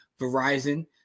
Verizon